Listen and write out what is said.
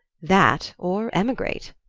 that, or emigrate.